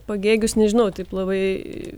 pagėgius nežinau taip labai